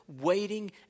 waiting